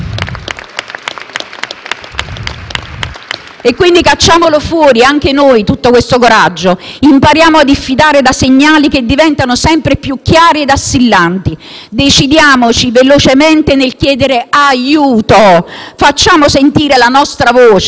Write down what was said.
Quindi, cacciamolo fuori anche noi tutto questo coraggio. Impariamo a diffidare da segnali che diventano sempre più chiari ed assillanti. Decidiamoci velocemente nel chiedere aiuto; facciamo sentire la nostra voce; riponiamo la fiducia nelle Forze dell'ordine.